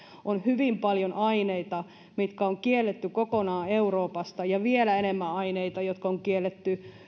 on hyvin paljon aineita mitkä on kielletty kokonaan euroopassa ja vielä enemmän aineita jotka on kielletty